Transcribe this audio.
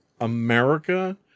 America